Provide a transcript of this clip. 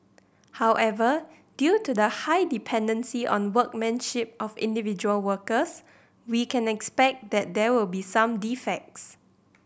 however due to the high dependency on workmanship of individual workers we can expect that there will be some defects